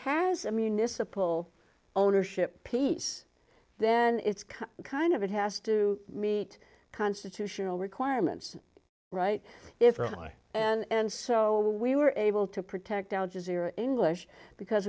has a municipal ownership piece then it's kind of it has to meet constitutional requirements right if i and so we were able to protect down to zero english because